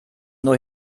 neu